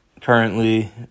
currently